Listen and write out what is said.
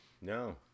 No